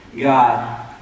God